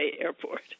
Airport